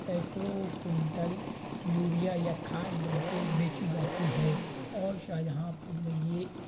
سینکڑوں quintal urea یا کھاد بن کے بیچی جاتی ہے اور شاہجہاں پور میں یہ